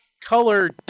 color